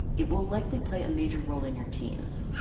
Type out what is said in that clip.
it will likely play a major role in your teens